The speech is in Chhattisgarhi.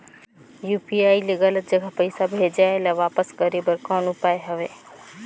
यू.पी.आई ले गलत जगह पईसा भेजाय ल वापस करे बर कौन उपाय हवय?